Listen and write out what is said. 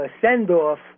send-off